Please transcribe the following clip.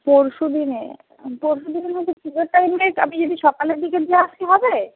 পরশু দিনে পরশু দিনে কিন্তু পুজোর টাইমটায় আমি যদি সকালে দিকে দিয়ে আসি হবে